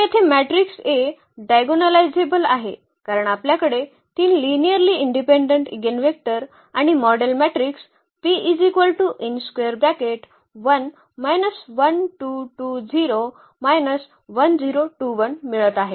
तर येथे matrix A diagonalisable आहे कारण आपल्याकडे 3 लिनिअर्ली इंडिपेंडेंट इगेनवेक्टर आणि मॉडेल मॅट्रिक्स मिळत आहेत